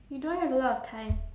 you don't have a lot of time